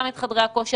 גם את חדרי הכושר,